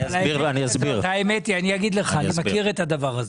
אני מכיר את הדבר הזה.